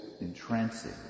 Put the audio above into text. entrancing